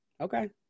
Okay